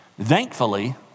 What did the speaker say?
Thankfully